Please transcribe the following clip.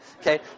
Okay